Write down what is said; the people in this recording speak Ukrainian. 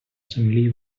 землі